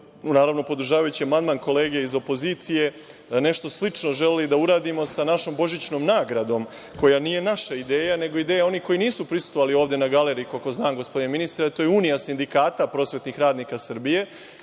naravno podržavajući amandman kolege iz opozicije, nešto slično želeli da uradimo sa našom božićnom nagradom koja nije naša ideja, nego ideja onih koji nisu prisustvovali ovde na galeriji, koliko znam, gospodine ministra, a to je Unija sindikata prosvetnih radnika Srbije.